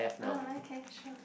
ah okay sure